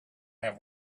have